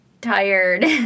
tired